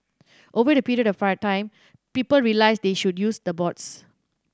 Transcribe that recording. over a period of time people realise they should use the boards